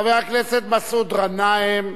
חבר הכנסת מסעוד גנאים,